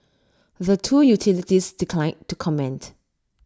the two utilities declined to comment